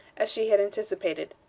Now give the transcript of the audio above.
as she had anticipated.